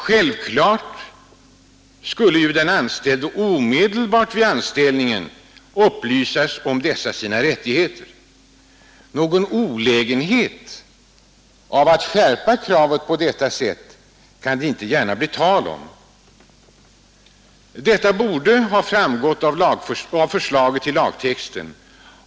Självklart skall den nyanställde omedelbart vid anställningens början upplysas om sina rättigheter, och den skyldigheten borde skrivas in i lagen. Någon olägenhet av att skärpa kravet på detta sätt kan det inte gärna bli tal om.